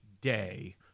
day